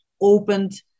opened